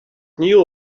knew